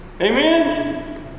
Amen